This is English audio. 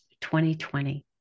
2020